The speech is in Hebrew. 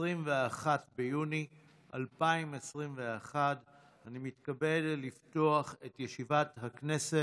21 ביוני 2021. אני מתכבד לפתוח את ישיבת הכנסת.